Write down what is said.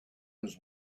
his